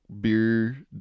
Beer